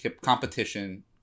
competition